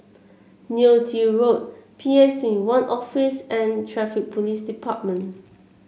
Neo Tiew Road P S Twenty One Office and Traffic Police Department